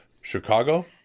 Chicago